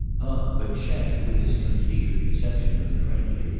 but chad, with his completer conception of the friendly,